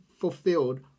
fulfilled